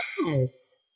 Yes